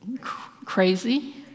crazy